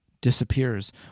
disappears